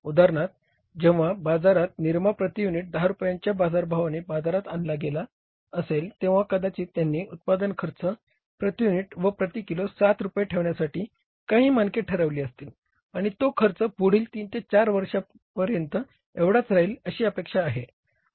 उदाहरणार्थ जेव्ह बाजारात निरमा प्रति युनिट 10 रूपयेच्या बाजारभावाने बाजारात आणला गेला असेल तेव्हा कदाचित त्यांनी उत्पादन खर्च प्रति युनिट व प्रती किलो 7 रुपये ठेवण्यासाठी काही मानके ठरविली असतील आणि तो खर्च पुढील 3 ते 4 वर्षांपर्यंएवढाच राहील अशी अपेक्षा आहे